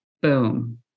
boom